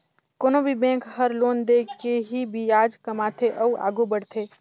कोनो भी बेंक हर लोन दे के ही बियाज कमाथे अउ आघु बड़थे